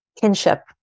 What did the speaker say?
kinship